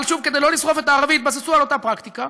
אבל כדי לא לשרוף את הערבי התבססו על אותה פרקטיקה,